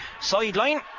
sideline